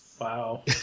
Wow